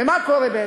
ומה קורה בעצם?